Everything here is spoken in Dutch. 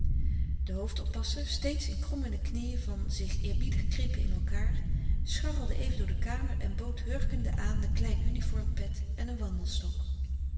de hoofdoppasser steeds in krommende knieën van zich eerbiedig krimpen in elkaâr scharrelde even door de kamer en bood hurkende aan de klein uniformpet en een wandelstok